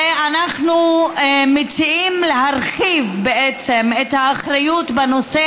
ואנחנו מציעים להרחיב את האחריות בנושא